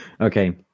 Okay